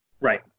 Right